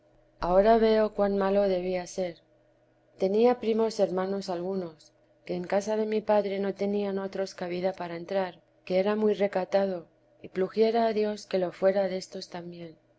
ahora veo cuan malo debía ser tenía primos hermanos algunos que en casa de mi padre no tenían otros cabida para entrar que era muy recatado y pluguiera a dios que lo fuera de éstos también